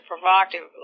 provocatively